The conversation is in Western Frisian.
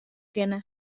kinne